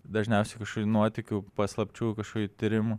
dažniausiai kažkokių nuotykių paslapčių kažkokių tyrimų